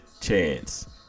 chance